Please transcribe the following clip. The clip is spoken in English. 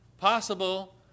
possible